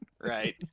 right